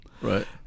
Right